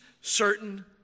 certain